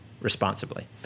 responsibly